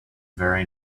very